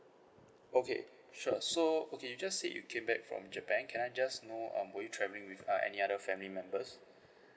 okay sure so okay you just say you came back from japan can I just know um were you travelling with uh any other family members